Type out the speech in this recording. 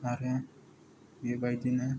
आरो बेबायदिनो